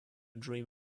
dream